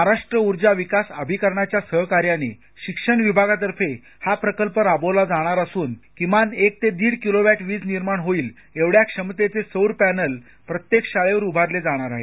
महाराष्ट्र ऊर्जा विकास प्राधिकरणाच्या सहकार्याने शिक्षण विभागतर्फे हा प्रकल्प राबवला जाणार असून किमान एक ते दीड किलोवॅट वीज निर्माण होईल एवढ्या क्षमतेचे सौर पॅनल प्रत्येक शाळेवर उभारले जाणार आहेत